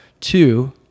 Two